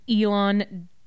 Elon